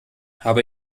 habe